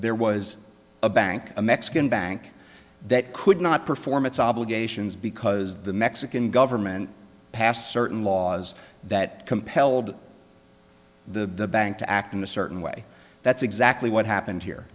there was a bank a mexican bank that could not perform its obligations because the mexican government passed certain laws that compelled the bank to act in a certain way that's exactly what happened here